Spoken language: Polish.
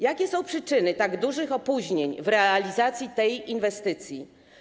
Jakie są przyczyny tak dużych opóźnień w realizacji tej inwestycji?